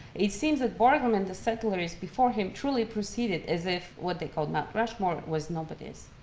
it seems that borglum and the settlers before him truly proceeded as if what they called mount rushmore was nobody's.